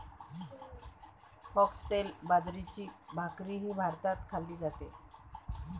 foxtail बाजरीची भाकरीही भारतात खाल्ली जाते